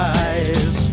eyes